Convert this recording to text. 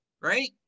right